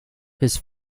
his